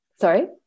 sorry